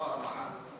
לא המע"מ.